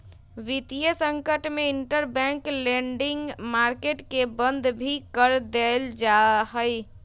वितीय संकट में इंटरबैंक लेंडिंग मार्केट के बंद भी कर देयल जा हई